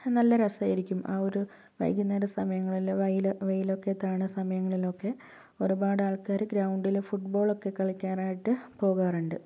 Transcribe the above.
നല്ല രസമായിരിക്ക് ആ ഒരു വൈകുന്നേര സമയങ്ങളിൽ വയില് വെയിലൊക്കെ താണ സമയങ്ങളിലൊക്കെ ഒരുപാട് ആൾക്കാര് ഗ്രൗണ്ടില് ഫുട്ബോളൊക്കെ കളിക്കാനായിട്ട് പോകാറുണ്ട്